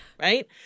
Right